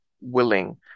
willing